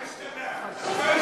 מה השתנה?